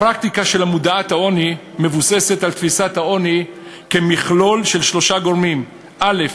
פרקטיקה מודעת-עוני מבוססת על תפיסת העוני כמכלול של שלושה גורמים: א.